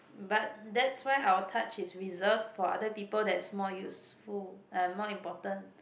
but that's why our touch is reserved for other people that's more useful and more important